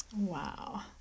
Wow